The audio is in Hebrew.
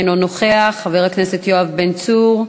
אינו נוכח, חבר הכנסת יואב בן צור,